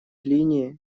линии